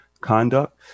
conduct